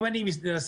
כן.